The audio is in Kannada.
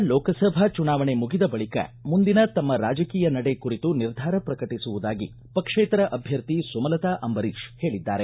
ಮಂಡ್ಯ ಲೋಕಸಭಾ ಚುನಾವಣೆ ಮುಗಿದ ಬಳಿಕ ಮುಂದಿನ ತಮ್ಮ ರಾಜಕೀಯ ನಡೆ ಕುರಿತು ನಿರ್ಧಾರ ಪ್ರಕಟಿಸುವುದಾಗಿ ಪಕ್ಷೇತರ ಅಭ್ಯರ್ಥಿ ಸುಮಲತಾ ಅಂಬರೀಶ್ ಹೇಳಿದ್ದಾರೆ